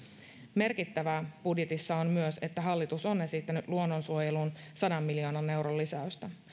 merkittävää budjetissa on myös että hallitus on esittänyt luonnonsuojeluun sadan miljoonan euron lisäystä